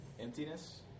emptiness